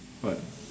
what